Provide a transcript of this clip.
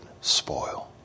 spoil